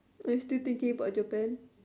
are you still thinking about Japan